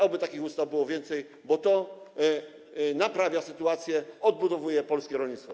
Oby takich ustaw było więcej, bo one naprawiają sytuację, odbudowują polskie rolnictwo.